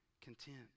content